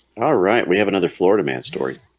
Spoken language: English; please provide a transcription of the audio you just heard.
ah right we have another florida man story